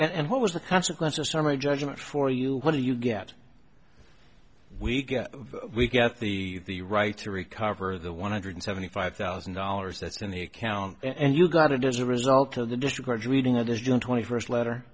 grounds and what was the consequence of summary judgment for you what do you get we get we get the the right to recover the one hundred seventy five thousand dollars that's in the account and you got it as a result of the district's reading of his june twenty first letter